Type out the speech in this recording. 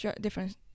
different